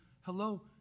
Hello